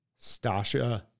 stasha